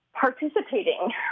participating